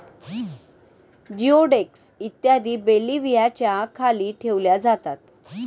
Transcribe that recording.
जिओडेक्स इत्यादी बेल्व्हियाच्या खाली ठेवल्या जातात